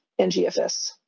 NGFS